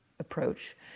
approach